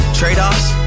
trade-offs